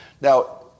Now